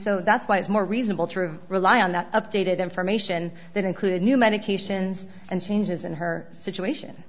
so that's why it's more reasonable to rely on that updated information that included new medications and changes in her situation